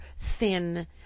thin